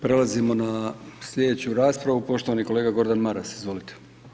Prelazimo na slijedeću raspravu, poštovani kolega Gordan Maras, izvolite.